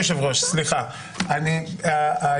אני לא לא,